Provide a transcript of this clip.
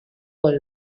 con